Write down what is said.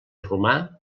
romà